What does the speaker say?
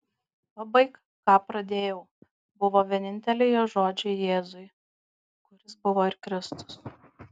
pabaik ką pradėjau buvo vieninteliai jo žodžiai jėzui kuris buvo ir kristus